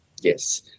Yes